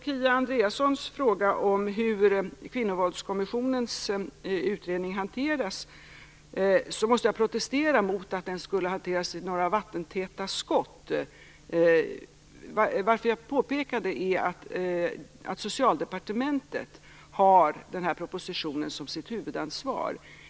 Kia Andreasson frågade hur Kvinnovåldskommissionens utredning hanteras. Jag måste protestera mot att det skulle vara några vattentäta skott. Socialdepartementet har huvudansvaret för propositionen.